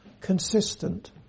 consistent